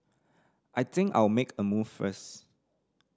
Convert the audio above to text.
I think I'll make a move first